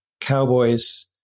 cowboys